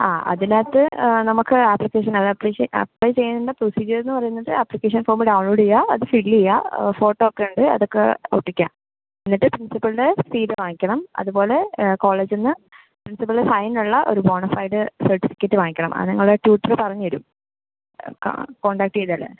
ആ അതിനാത്ത് നമുക്ക് അപ്ലിക്കേഷൻ അപ്ലിക്കേഷൻ അപ്ലൈ ചെയ്യേണ്ട പ്രൊസീജിയർ എന്ന് പറയുന്നത് അപ്ലിക്കേഷൻ ഫോമ് ഡൗൺലോഡ് ചെയ്യുക അത് ഫില്ല് ചെയ്യുക ഫോട്ടോ ഒക്കെ ഉണ്ട് അതൊക്കെ ഒട്ടിക്കുക എന്നിട്ട് പ്രിൻസിപ്പലിൻ്റെ സീൽ വാങ്ങിക്കണം അത് പോലെ കോളേജിന്ന് പ്രിൻസിപ്പള് സൈൻ ഉള്ള ഒരു ബൊണഫയ്ഡ് സർട്ടിഫിക്കറ്റ് വാങ്ങിക്കണം അത് ഞങ്ങളെ ട്യൂറ്റർ പറഞ്ഞ് തരും കോൺടാക്ട് ചെയ്താല്